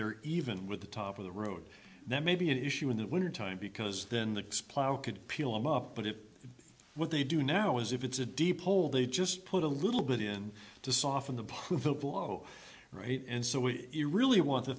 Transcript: they're even with the top of the road that may be an issue in the wintertime because then the next plow could peel them up but it what they do now is if it's a deep hole they just put a little bit in to soften the blow right and so we really want t